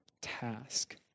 task